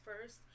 first